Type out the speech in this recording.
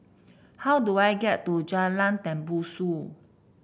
how do I get to Jalan Tembusu